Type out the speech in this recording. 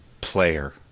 player